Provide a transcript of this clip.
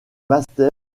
master